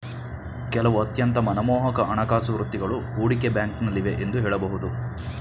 ಕೆಲವು ಅತ್ಯಂತ ಮನಮೋಹಕ ಹಣಕಾಸು ವೃತ್ತಿಗಳು ಹೂಡಿಕೆ ಬ್ಯಾಂಕ್ನಲ್ಲಿವೆ ಎಂದು ಹೇಳಬಹುದು